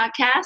podcast